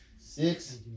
Six